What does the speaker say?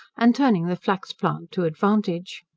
and turning the flax-plant to advantage.